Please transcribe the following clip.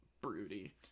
broody